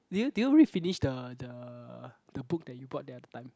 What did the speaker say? did you did you read finish the the the book that you bought the other time